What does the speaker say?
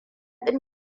ɗin